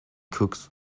cooks